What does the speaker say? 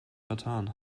vertan